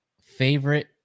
Favorite